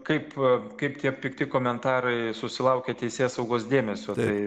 kaip kaip tie pikti komentarai susilaukia teisėsaugos dėmesio tai